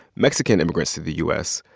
mexican immigrants to the u s.